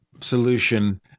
solution